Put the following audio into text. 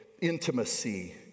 intimacy